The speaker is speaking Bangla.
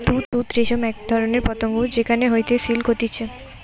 তুত রেশম এক ধরণের পতঙ্গ যেখান হইতে সিল্ক হতিছে